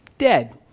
Dead